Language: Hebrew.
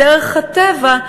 בדרך הטבע,